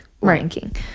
ranking